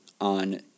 on